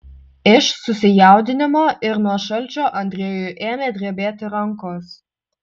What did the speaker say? iš susijaudinimo ir nuo šalčio andrejui ėmė drebėti rankos